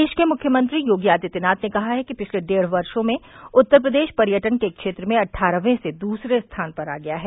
प्रदेश के मुख्यमंत्री योगी आदित्यनाथ ने कहा है कि पिछले डेढ़ वर्षो में उत्तर प्रदेश पर्यटन के क्षेत्र में अट्ठारहवें से दूसरे स्थान पर आ गया है